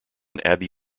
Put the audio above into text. abbey